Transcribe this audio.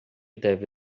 deve